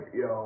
yo